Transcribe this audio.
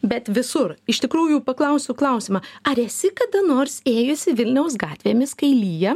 bet visur iš tikrųjų paklausiu klausimą ar esi kada nors ėjusi vilniaus gatvėmis kai lyja